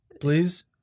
please